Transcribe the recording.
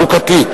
חוקה?